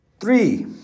Three